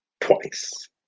twice